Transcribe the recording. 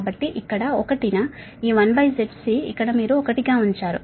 కాబట్టి ఇక్కడ 1 న ఈ 1ZC ఇక్కడ మీరు 1 గా ఉంచారు